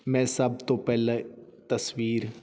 ਮੈਂ ਸਭ ਤੋਂ ਪਹਿਲਾਂ ਤਸਵੀਰ